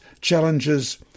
challenges